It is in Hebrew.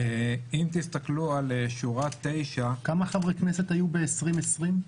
כמה חברי כנסת היו ב-2020?